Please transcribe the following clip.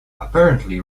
apparently